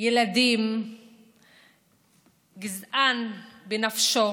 ילדים גזען בנפשו